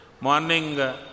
Morning